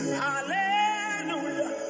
hallelujah